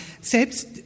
Selbst